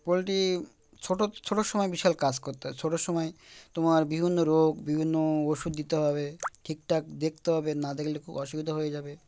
poultry ছোটো ছোটোর সময় বিশাল কাজ করতে হয় ছোটোর সময় তোমার বিভিন্ন রোগ বিভিন্ন ওষুধ দিতে হবে ঠিক ঠাক দেখতে হবে না দেখলে খুব অসুবিধা হয়ে যাবে